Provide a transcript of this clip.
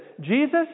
Jesus